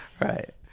Right